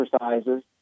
exercises